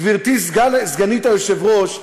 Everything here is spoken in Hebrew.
גברתי סגנית היושב-ראש,